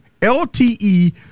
LTE